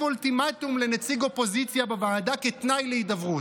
אולטימטום לנציג אופוזיציה בוועדה כתנאי להידברות.